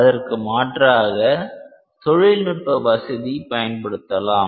அதற்கு மாற்றாக தொழில்நுட்ப வசதியை பயன்படுத்தலாம்